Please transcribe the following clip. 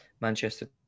Manchester